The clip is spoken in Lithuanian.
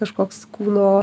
kažkoks kūno